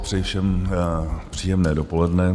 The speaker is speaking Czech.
Přeji všem příjemné dopoledne.